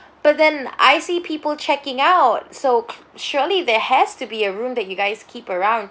but then I see people checking out so surely there has to be a room that you guys keep around just